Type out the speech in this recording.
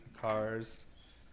cars